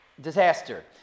disaster